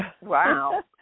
Wow